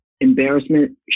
embarrassment